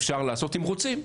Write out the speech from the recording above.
אפשר לעשות אם רוצים.